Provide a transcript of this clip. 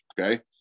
okay